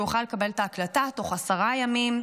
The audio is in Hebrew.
הוא יוכל לקבל את ההקלטה תוך עשרה ימים,